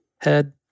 head